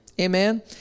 Amen